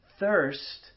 Thirst